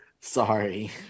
Sorry